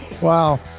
Wow